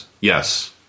Yes